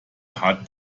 hat